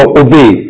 obey